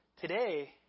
Today